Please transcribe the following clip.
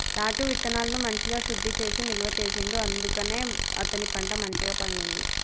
రాజు విత్తనాలను మంచిగ శుద్ధి చేసి నిల్వ చేసిండు అందుకనే అతని పంట మంచిగ పండింది